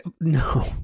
No